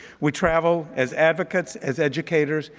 we travel as advocates, as educators,